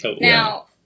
Now